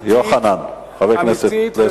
חבר הכנסת פלסנר.